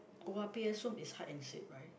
owa peya som is hide and seek right